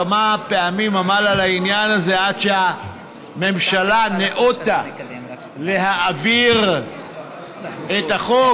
כמה פעמים עמל על העניין הזה עד שהממשלה ניאותה להעביר את החוק.